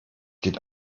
geht